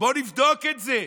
בואו נבדוק את זה.